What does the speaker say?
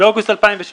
באוגוסט 2017